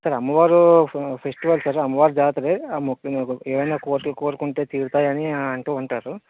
ఇక్కడ అమ్మవారు ఫెస్టివల్ కదా అమ్మవారి జాతరే ఆ మొక్కు ఏమైనా కోరికలు కోరుకుంటే తీరతాయని అంటూ ఉంటారు